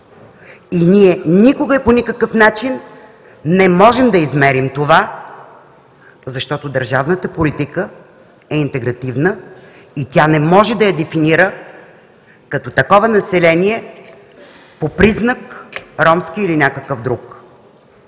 и ние никога и по никакъв начин не можем да измерим това, защото държавната политика е интегративна и тя не може да я дефинира, като такова население по признак „ромски“ или някакъв друг.